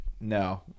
No